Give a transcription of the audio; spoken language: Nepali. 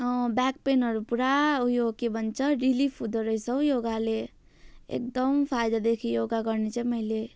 अँ ब्याक पेनहरू पुरा ऊ यो के भन्छ रिलिफ हुँदौरहेछ हौ योगाले एकदम फाइदा देखेँ योगा गर्नु चाहिँ मैले